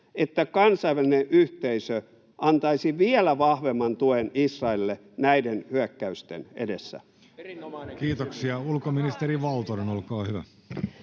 että kansainvälinen yhteisö antaisi vielä vahvemman tuen Israelille näiden hyökkäysten edessä? [Speech 40] Speaker: Jussi Halla-aho